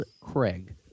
Craig